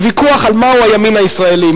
לוויכוח על מהו הימין הישראלי,